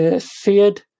feared